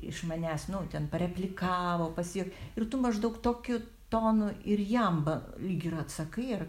iš manęs nu ten pareplikavo pasijuok ir tu maždaug tokiu tonu ir jam b lyg ir atsakai ar